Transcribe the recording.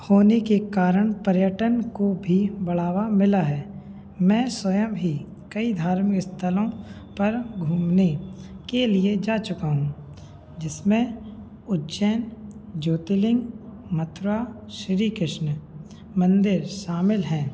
होने के कारण पर्यटन को भी बढ़ावा मिला है मैं स्वयं ही कई धार्मिक स्थलों पर घूमने के लिए जा चुका हूँ जिसमें उज्जैन ज्योतिर्लिंग मथुरा श्री कृष्ण मंदिर शामिल है